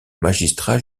magistrat